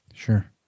Sure